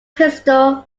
pistol